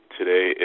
Today